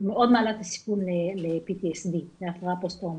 מאוד מעלה את הסיכון להפרעה פוסט-טראומטית.